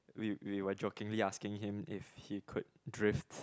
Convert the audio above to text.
we we jokingly asking him if he could drift